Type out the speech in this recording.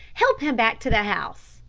help him back to the house.